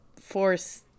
force